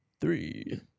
Three